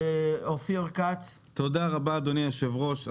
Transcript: תודה רבה, אדוני היושב-ראש.